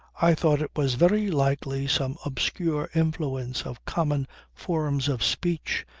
i thought it was very likely some obscure influence of common forms of speech,